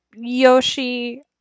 yoshi